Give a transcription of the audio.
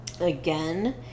Again